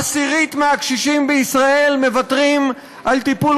עשירית מהקשישים בישראל מוותרים על טיפול